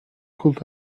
could